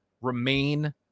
remain